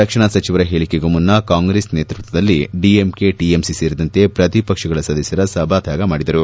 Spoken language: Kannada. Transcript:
ರಕ್ಷಣಾ ಸಚಿವರ ಹೇಳಿಕೆಗೂ ಮುನ್ನ ಕಾಂಗ್ರೆಸ್ ನೇತೃತ್ವದಲ್ಲಿ ಡಿಎಂಕೆ ಟಿಎಂಸಿ ಸೇರಿದಂತೆ ಪ್ರತಿಪಕ್ಷಗಳ ಸದಸ್ದರ ಸಭಾತ್ಲಾಗ ಮಾಡಿದರು